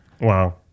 Wow